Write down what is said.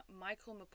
Michael